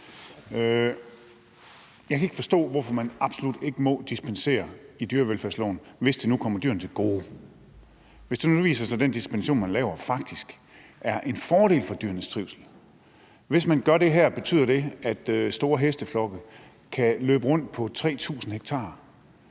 Jeg kan ikke forstå, hvorfor man absolut ikke må dispensere fra dyrevelfærdsloven, hvis det nu kommer dyrene til gode, hvis det nu viser sig, at den dispensation, man laver, faktisk er en fordel for dyrenes trivsel. Hvis man må det, betyder det, at store hesteflokke kan løbe rundt på 3.000 ha.